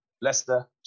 Leicester